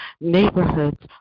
neighborhoods